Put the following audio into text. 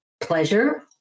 pleasure